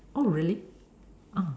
oh really ah